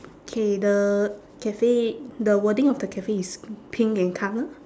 okay the cafe the wording of the cafe is pink in colour